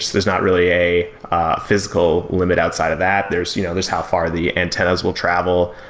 there's not really a physical limit outside of that. there's you know there's how far the antennas will travel,